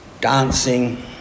dancing